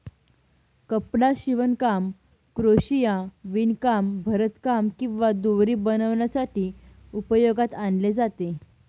कपडा शिवणकाम, क्रोशिया, विणकाम, भरतकाम किंवा दोरी बनवण्यासाठी उपयोगात आणले जाते